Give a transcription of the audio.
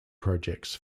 projects